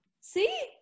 see